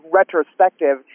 retrospective